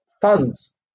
funds